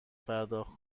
پرداخت